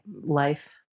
life